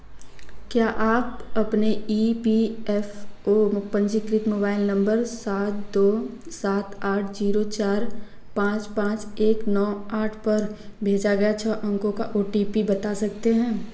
क्या आप अपने ई पी एफ़ ओ पंजीकृत मोबाइल नंबर सात दो सात आठ जीरो पाँच पाँच एक नौ आठ पर भेजा गया छः अंकों का ओ टी पी बता सकते हैं